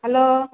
hello